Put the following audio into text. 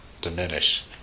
diminish